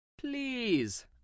Please